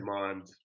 demand